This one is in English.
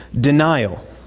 denial